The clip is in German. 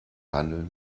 handeln